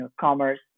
commerce